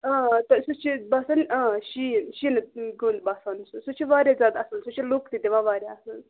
اۭں تہٕ سُہ چھِ باسان ٲں شیٖن شیٖنہٕ کُل باسان سُہ سُہ چھِ واریاہ زیادٕ اَصٕل سُہ چھِ لُک تہِ دِوان واریاہ اَصٕل